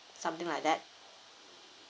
something like that